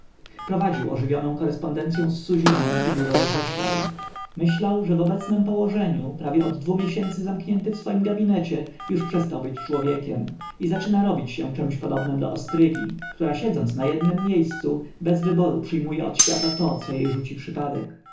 prowadził ożywioną korespondencyą z suzinem i dużo rozmyślał myślał że w obecnem położeniu prawie od dwu miesięcy zamknięty w swoim gabinecie już przestał być człowiekiem i zaczyna robić się czemś podobnem do ostrygi która siedząc na jednem miejscu bez wyboru przyjmuje od świata to co jej rzuci przypadek